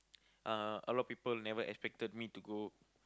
uh a lot people never expected me to go